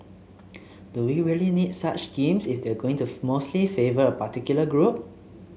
do we really need such schemes if they're going to mostly favour a particular group